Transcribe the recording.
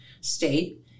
State